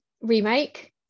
remake